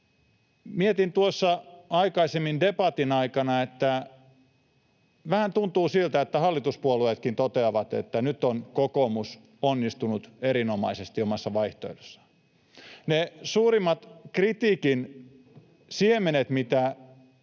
Mietin tuossa aikaisemmin debatin aikana, että vähän tuntuu siltä, että hallituspuolueetkin toteavat, että nyt on kokoomus onnistunut erinomaisesti omassa vaihtoehdossaan. Ne suurimmat kritiikin siemenet, mitä